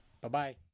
Bye-bye